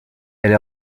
elle